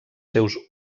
seus